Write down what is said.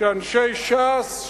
שאנשי ש"ס,